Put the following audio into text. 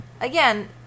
Again